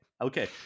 okay